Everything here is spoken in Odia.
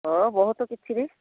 ଓ ବହୁତ କିଛି ବି